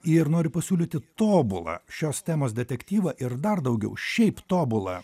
ir noriu pasiūlyti tobulą šios temos detektyvą ir dar daugiau šiaip tobulą